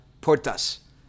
portas